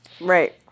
Right